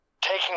taking